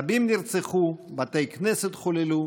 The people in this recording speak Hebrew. רבים נרצחו, בתי כנסת חוללו,